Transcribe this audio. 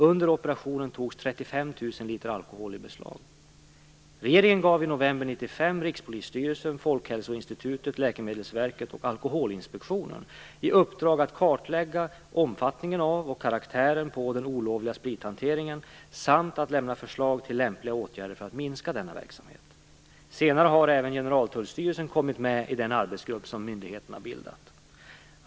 Under operationen togs Regeringen gav i november 1995 Rikspolisstyrelsen, Folkhälsoinstitutet, Läkemedelsverket och Alkoholinspektionen i uppdrag att kartlägga omfattningen av och karaktären på den olovliga sprithanteringen samt att lämna förslag till lämpliga åtgärder för att minska denna verksamhet. Senare har även Generaltullstyrelsen kommit med i den arbetsgrupp som myndigheterna har bildat.